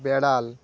বেড়াল